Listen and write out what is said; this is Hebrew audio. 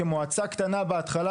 כמועצה קטנה בהתחלה,